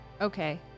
Okay